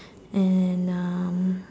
and um